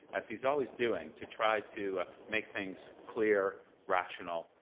as he's always doing, to try to make things clear, rational,